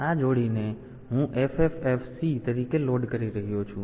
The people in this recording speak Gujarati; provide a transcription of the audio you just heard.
તેથી આ જોડી હું FFFC તરીકે લોડ કરી રહ્યો છું